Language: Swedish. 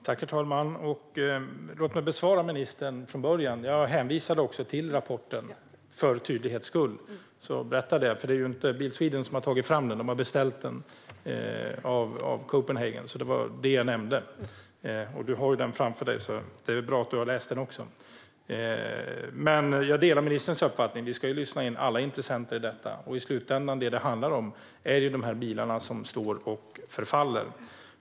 Herr talman! Låt mig svara ministern: Jag hänvisade till rapporten. För tydlighetens skull berättade jag det. Det är inte Bil Sweden som har tagit fram den, utan man har beställt den av Copenhagen Economics. Det var det jag nämnde. Du har rapporten framför dig, Karolina Skog. Det är bra att du har läst den också. Jag delar ministerns uppfattning att vi ska lyssna in alla intressenter i detta. Det som det i slutändan handlar om är bilarna som står och förfaller.